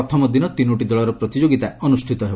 ପ୍ରଥମ ଦିନ ତିନୋଟି ଦଳର ପ୍ରତିଯୋଗିତା ଅନୁଷିତ ହେବ